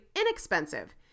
inexpensive